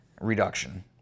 reduction